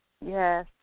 Yes